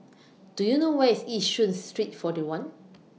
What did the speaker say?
Do YOU know Where IS Yishun Street forty one